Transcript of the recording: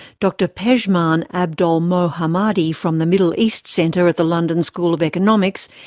dr pejman abdolmohammadi from the middle east centre at the london school of economics,